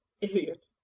Idiot